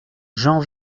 j’en